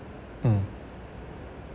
mm